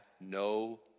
no